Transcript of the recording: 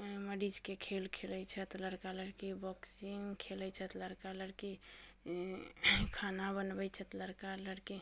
मरीजके खेल खेलैत छथि लड़का लड़की बॉक्सिंग खेलैत छथि लड़का लड़की खाना बनबैत छथि लड़का लड़की